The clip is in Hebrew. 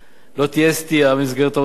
לא תהיה סטייה ממסגרת ההוצאה,